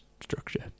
structure